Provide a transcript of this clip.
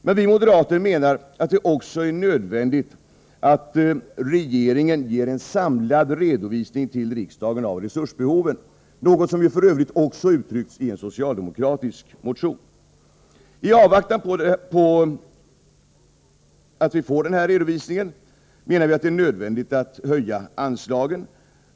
Men vi moderater menar att det också är nödvändigt att regeringen ger riksdagen en samlad redovisning av resursbehovet — något som f.ö. också uttryckts i en socialdemokratisk motion. Vi menar att det i avvaktan på denna redovisning är nödvändigt att höja anslagen.